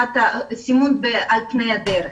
הסימון על פני הדרך